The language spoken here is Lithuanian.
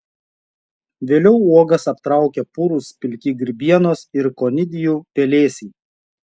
vėliau uogas aptraukia purūs pilki grybienos ir konidijų pelėsiai